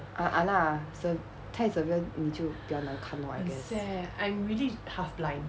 ah !hanna! se~ 太 severe 你就比较难看 lor I guess